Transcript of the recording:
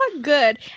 good